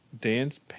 Dance